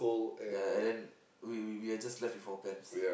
ya and then we we we are just left with four pants